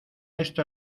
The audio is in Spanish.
esto